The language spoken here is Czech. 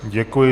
Děkuji.